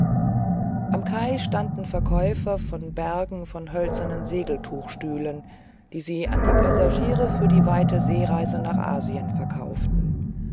am kai standen verkäufer von bergen von hölzernen segeltuchstühlen die sie an die passagiere für die weite seereise nach asien verkauften